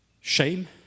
shame